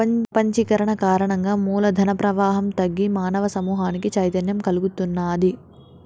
ప్రపంచీకరణ కారణంగా మూల ధన ప్రవాహం తగ్గి మానవ సమూహానికి చైతన్యం కల్గుతున్నాది